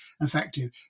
effective